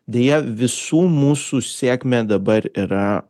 deja visų mūsų sėkmė dabar yra